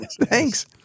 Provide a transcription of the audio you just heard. Thanks